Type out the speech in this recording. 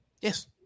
Yes